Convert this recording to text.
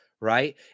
Right